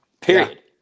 Period